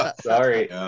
Sorry